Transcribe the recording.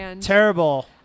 Terrible